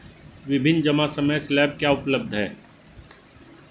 विभिन्न जमा समय स्लैब क्या उपलब्ध हैं?